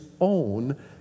own